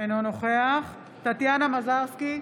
אינו נוכח טטיאנה מזרסקי,